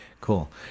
Cool